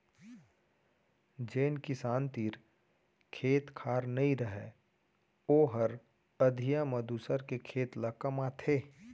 जेन किसान तीर खेत खार नइ रहय ओहर अधिया म दूसर के खेत ल कमाथे